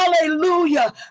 Hallelujah